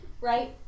Right